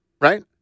right